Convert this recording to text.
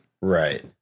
Right